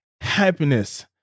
happiness